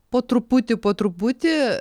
po truputį po truputį